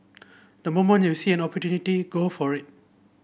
the moment you see an opportunity go for it